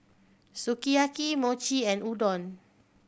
Sukiyaki Mochi and Udon